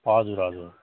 हजुर हजुर